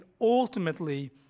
ultimately